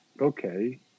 okay